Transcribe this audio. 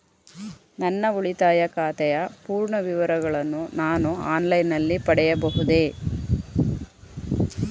ನನ್ನ ಉಳಿತಾಯ ಖಾತೆಯ ಪೂರ್ಣ ವಿವರಗಳನ್ನು ನಾನು ಆನ್ಲೈನ್ ನಲ್ಲಿ ಪಡೆಯಬಹುದೇ?